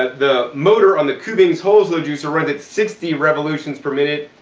the motor on the kuvings whole slow juicer runs at sixty revolutions per minute,